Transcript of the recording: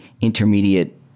intermediate